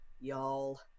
Y'all